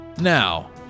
Now